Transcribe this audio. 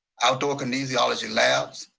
outdoor kinesiology labs,